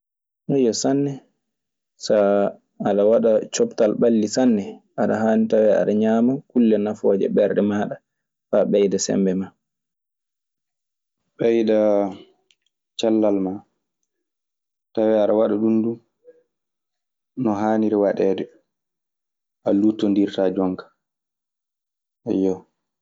sanne so aɗawada coptal ɓalli sanne. Aɗa tawe ada ŋiama kulle nafoje e ɓernde maɗa fa ɓeyda sembe maɗa. Ɓeyda cellal noon, ro tawi aɗa waɗa ɗum no haaniri waɗeede. A luttondirtaa jooni ka, eyyo.